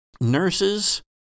nurses